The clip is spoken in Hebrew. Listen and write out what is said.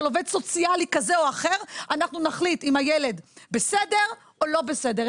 עובד סוציאלי כזה או אחר אנחנו נחליט אם הילד בסדר או לא בסדר.